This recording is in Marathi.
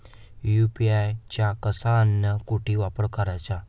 यू.पी.आय चा कसा अन कुटी वापर कराचा?